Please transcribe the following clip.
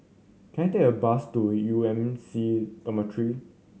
can I take a bus to U M C Dormitory